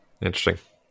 Interesting